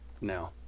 now